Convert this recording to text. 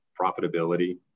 profitability